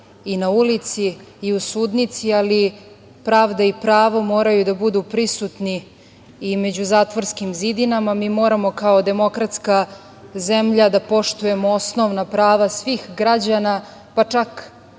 i na ulici i u sudnici, ali pravda i pravo moraju da budu prisutni i među zatvorskim zidinama. Mi moramo kao demokratska zemlja da poštujemo osnovna prava svih građana, pa čak